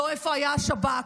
לא איפה היה השב"כ,